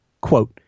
quote